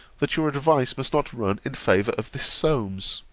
that your advice must not run in favour of this solmes